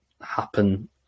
happen